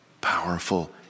powerful